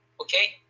okay